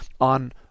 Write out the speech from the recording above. On